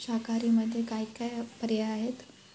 शाकाहारीमध्ये काय काय पर्याय आहेत